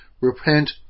Repent